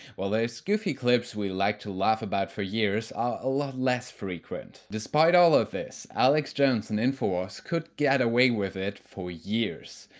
while those goofy clips we like to laugh about for years are a lot less frequent. despite all of this alex jones and infowars infowars could get away with it for years,